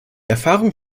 erfahrung